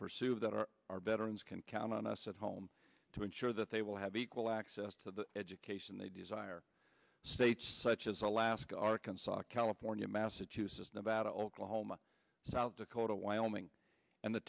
pursue that our veterans can count on us at home to ensure that they will have equal access to the education they desire states such as alaska arkansas california massachusetts nevada oklahoma south dakota wyoming and the